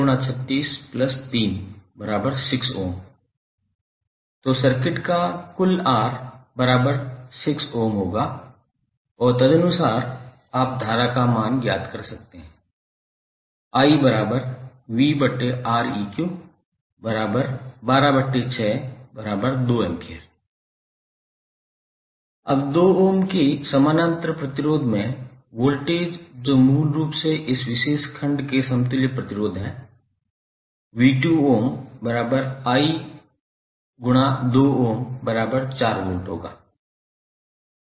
346∗3636𝛺 तो सर्किट का कुल R बराबर 6 ओम होगा और तदनुसार आप धारा का मान ज्ञात कर सकते हैं 𝑖𝑉𝑅𝑒𝑞1262 A अब 2 ओम के समानांतर प्रतिरोध में वोल्टेज जो मूल रूप से इस विशेष खंड के समतुल्य प्रतिरोध है 𝑖∗2𝛺4 V होगा